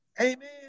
Amen